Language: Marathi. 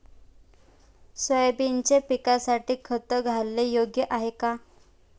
सोयाबीनच्या पिकासाठी खत घालणे योग्य आहे का?